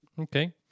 okay